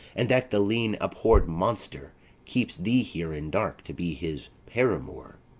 and that the lean abhorred monster keeps thee here in dark to be his paramour?